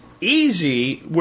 Easy